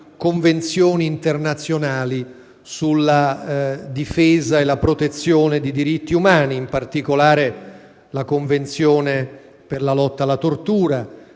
Convenzioni internazionali sulla difesa e la protezione dei diritti umani, in particolare la Convenzione contro la tortura